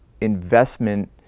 investment